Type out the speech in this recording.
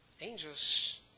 Angels